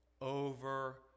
over